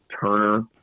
Turner